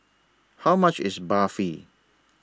How much IS Barfi